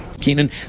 keenan